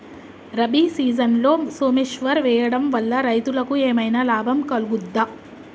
రబీ సీజన్లో సోమేశ్వర్ వేయడం వల్ల రైతులకు ఏమైనా లాభం కలుగుద్ద?